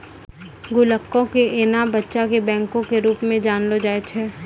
गुल्लको के एना बच्चा के बैंको के रुपो मे जानलो जाय छै